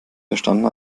verstanden